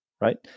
right